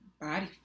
body